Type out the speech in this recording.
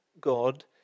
God